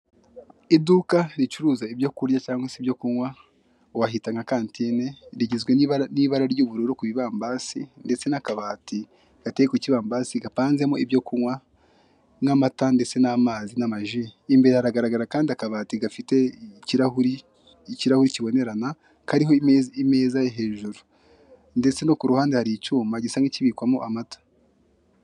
Iduka ricuruza ibyo kurya cyangwa se ibyo kunywa wahita nka kantine, rigizwe n'ibara ry'ubururu kubibambasi ndetse n'akabati gateye kukibambasi gapanzemo ibyo kunywa nk'amata ndetse n'aamazi n'amaji imbere haragaragara akandi kabati gafite ikirahure kibonerana kariho imeza yo hejuru ndetse no kuruhande hari icyuma gisa nk'ikibikwamo amata.